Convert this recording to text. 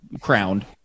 crowned